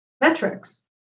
metrics